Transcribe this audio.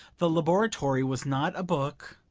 the laboratory was not a book,